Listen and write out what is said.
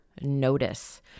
notice